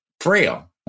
frail